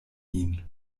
ihn